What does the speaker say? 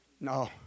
No